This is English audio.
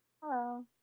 Hello